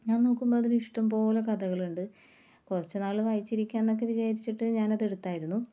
ഞാന് നോക്കുമ്പോൾ അതിൽ ഇഷ്ടം പോലെ കഥകൾ ഉണ്ട് കുറച്ച് നാൾ വായിച്ചിരിക്കാം എന്നൊക്കെ വിചാരിച്ചിട്ട് ഞാൻ അത് എടുത്തായിരുന്നു